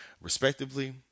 respectively